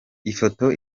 ifoto